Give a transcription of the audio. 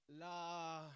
La